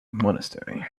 monastery